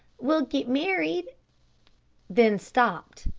we'll get married then stopped.